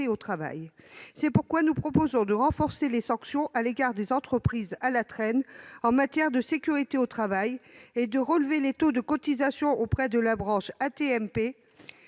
au travail. C'est pourquoi nous proposons de renforcer les sanctions à l'égard des entreprises qui sont à la traîne en matière de sécurité au travail et de relever les taux de cotisations auprès de la branche AT-MP